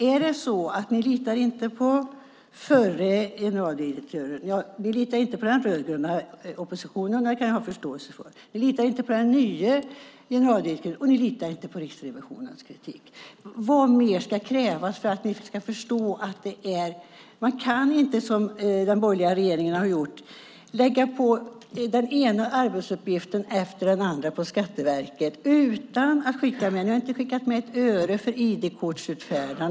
Är det så att ni inte litar på förre generaldirektören? Att ni inte litar på den rödgröna oppositionen kan jag ha förståelse för. Ni litar inte på den nye generaldirektören. Och ni litar inte på Riksrevisionens kritik. Vad mer ska krävas för att ni ska förstå att man inte kan, som den borgerliga regeringen har gjort, lägga på Skatteverket den ena arbetsuppgiften efter den andra utan att skicka med pengar. Ni har inte skickat med ett öre för ID-kortsutfärdandet.